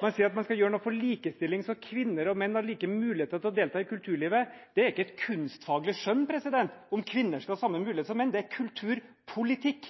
Man sier at man skal gjøre noe for likestilling, sånn at kvinner og menn skal ha like muligheter til å delta i kulturlivet. Det handler ikke om kunstfaglig skjønn om kvinner skal ha samme muligheter som menn – det er kulturpolitikk.